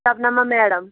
Shabnam madam